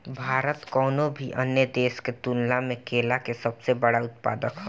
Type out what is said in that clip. भारत कउनों भी अन्य देश के तुलना में केला के सबसे बड़ उत्पादक ह